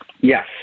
Yes